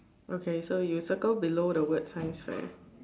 okay so you circle below the word science fair